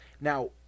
Now